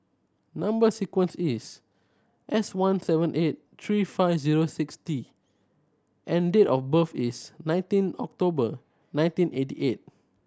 number sequence is S one seven eight three five zero six T and date of birth is nineteen October nineteen eighty eight